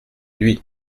lui